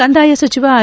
ಕಂದಾಯ ಸಚಿವ ಆರ್